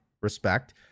respect